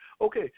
Okay